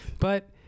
But-